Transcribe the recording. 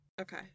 Okay